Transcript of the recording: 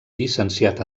llicenciat